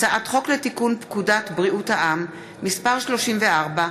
הצעת חוק לתיקון פקודת בריאות העם (מס' 34)